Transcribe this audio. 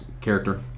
character